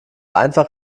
einfach